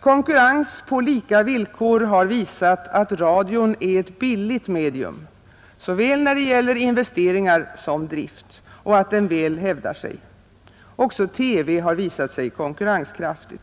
Konkurrens på lika villkor har visat att radion är ett billigt medium såväl när det gäller investeringar som när det gäller drift och att den väl hävdar sig. Också TV har visat sig konkurrenskraftig.